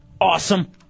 Awesome